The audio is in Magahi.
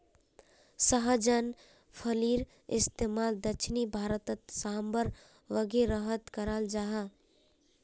सहजन फलिर इस्तेमाल दक्षिण भारतोत साम्भर वागैरहत कराल जहा